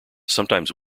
sometimes